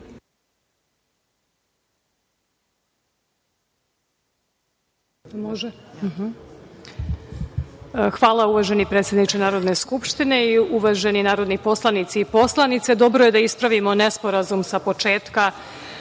Poštovani predsedniče Narodne skupštine i uvaženi narodni poslanici i poslanice, dobro je da ispravimo nesporazum sa početka,